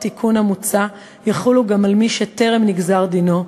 התיקון המוצע יחולו גם על מי שטרם נגזר דינו,